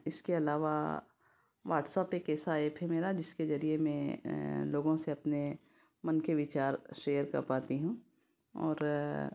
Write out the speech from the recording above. इसके अलावा व्हाट्सअप एक ऐसा ऐप है मेरा जिसके जरिए मैं लोगों से अपने मन के विचार शेयर कर पाती हूँ और